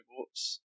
votes